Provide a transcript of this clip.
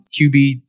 QB